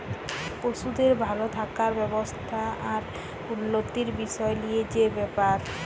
পশুদের ভাল থাকার ব্যবস্থা আর উল্যতির বিসয় লিয়ে যে ব্যাপার